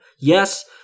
Yes